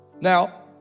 Now